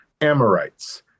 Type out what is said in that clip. Amorites